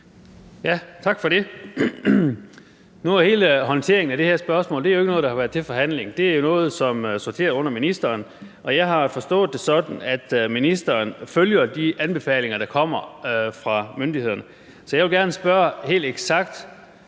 Tak for det. Hele håndteringen af det her spørgsmål er jo ikke noget, der har været til forhandling. Det er jo noget, som sorterer under ministeren, og jeg har forstået det sådan, at ministeren følger de anbefalinger, der kommer fra myndighederne. Så jeg vil gerne spørge helt eksakt: